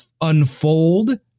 unfold